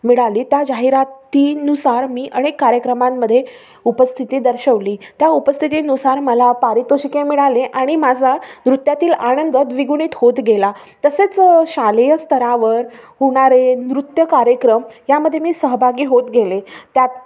मिळाली त्या जाहिरातीनुसार मी अनेक कार्यक्रमांमध्ये उपस्थिती दर्शवली त्या उपस्थितीनुसार मला पारितोषिके मिळाले आणि माझा नृत्यातील आनंद द्विगुणित होत गेला तसेच शालेय स्तरावर होणारे नृत्य कार्यक्रम यामध्ये मी सहभागी होत गेले त्यात